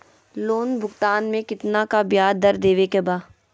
Loan भुगतान में कितना का ब्याज दर देवें के बा?